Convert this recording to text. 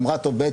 אמרה: טוב,